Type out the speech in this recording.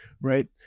right